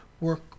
work